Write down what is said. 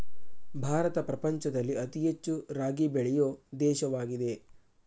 ಭಾರತ ಪ್ರಪಂಚದಲ್ಲಿ ಅತಿ ಹೆಚ್ಚು ರಾಗಿ ಬೆಳೆಯೊ ದೇಶವಾಗಿದೆ